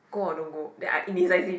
go or don't go then I indecisive